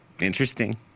Interesting